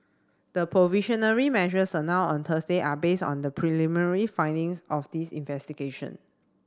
the provisional measures announced on Thursday are based on the preliminary findings of this investigation